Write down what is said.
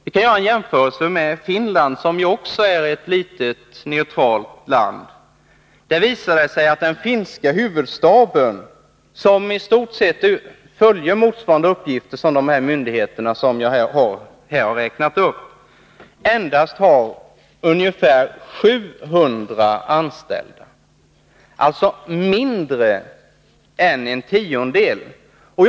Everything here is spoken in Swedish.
En jämförelse med Finland, som också är ett litet, neutralt land, visar att den finska huvudstaden, som i stort fullgör motsvarande uppgifter som de myndigheter som jag här har räknat upp, endast har ungefär 700 anställda eller mindre än en tiondel av det svenska antalet.